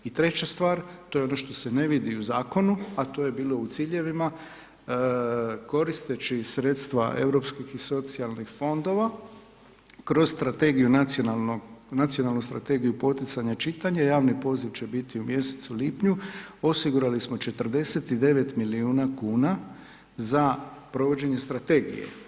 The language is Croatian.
I treća stvar, to je ono što se ne vidi u Zakonu, a to je bilo u ciljevima, koristeći sredstva europskih i socijalnih fondova kroz nacionalnu strategiju poticanja čitanja javni poziv će biti u mjesecu lipnju, osigurali smo 49 milijuna kuna za provođenje strategije.